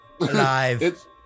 Alive